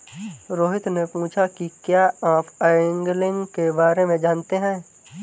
रोहित ने पूछा कि क्या आप एंगलिंग के बारे में जानते हैं?